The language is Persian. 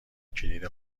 کلید